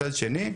מצד שני,